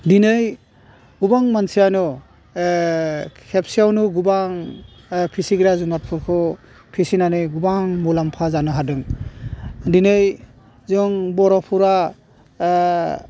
दिनै गोबां मानसियानो खेबसेयावनो गोबां फिसिग्रा जुनारफोरखौ फिसिनानै गोबां मुलाम्फा जानो हादों दिनै जों बर'फोरा